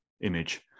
image